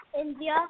India